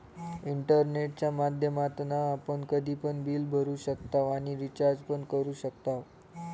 इंटरनेटच्या माध्यमातना आपण कधी पण बिल भरू शकताव आणि रिचार्ज पण करू शकताव